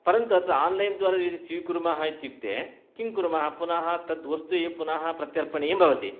परन्तु अत्र आन्लैन् द्वारा यदि स्वीकुर्मः इत्युक्ते किङ्कुर्मः पुनः तद्वस्तु यत् पुनः प्रत्यर्पणीयं भवति